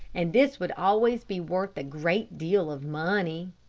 and this would always be worth a great deal of money.